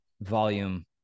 volume